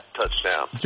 touchdown